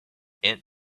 aunt